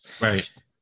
Right